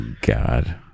God